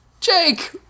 Jake